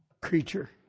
creature